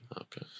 Okay